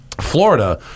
Florida